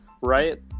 right